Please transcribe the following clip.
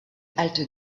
halte